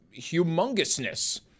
humongousness